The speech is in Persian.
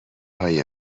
های